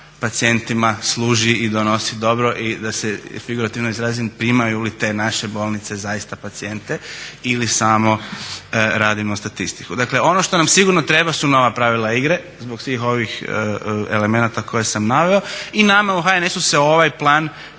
skupa pacijentima služi i donosi dobro i da se figurativno izrazim primaju li te naše bolnice zaista pacijente ili samo radimo statistiku. Dakle, ono što nam sigurno treba su nova pravila igre zbog svih ovih elemenata koje sam naveo. I nama u HNS-u se ovaj plan